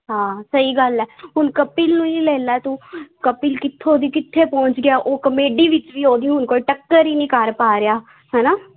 ਹਾਂ ਸਹੀ ਗੱਲ ਹੈ ਹੁਣ ਕਪਿਲ ਨੂੰ ਹੀ ਲੈ ਲਾ ਤੂੰ ਕਪਿਲ ਕਿੱਥੋਂ ਦੀ ਕਿੱਥੇ ਪਹੁੰਚ ਗਿਆ ਉਹ ਕਮੇਡੀ ਵਿੱਚ ਵੀ ਉਹਦੀ ਹੁਣ ਕੋਈ ਟੱਕਰ ਹੀ ਨਹੀਂ ਕਰ ਪਾ ਰਿਹਾ ਹੈ ਨਾ